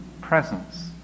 presence